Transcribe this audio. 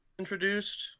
Introduced